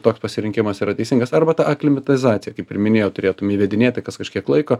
toks pasirinkimas yra teisingas arba tą aklimatizaciją kaip ir minėjo turėtum įvedinėti kas kažkiek laiko